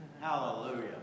Hallelujah